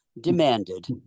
demanded